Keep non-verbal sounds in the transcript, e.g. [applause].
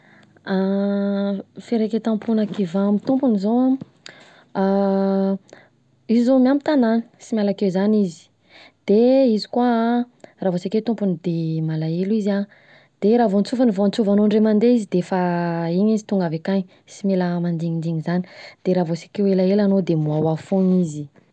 [hesitation] Firaikentam-pona kiva amin’ny tompony zao: [hesitation] izy zao an miambin-tanàna, tsy miala akeo izany izy, de [hesitation] izy koa an, raha vao tsy akeo tompony de malahelo izy an de raha vao tsofiny vao antsovanao indray mandeha izy defa iny izy tonga avy akany tsy mila mandignindigny izany, de raha vao tsy akeo elaela anao de mioaoa fogna izy.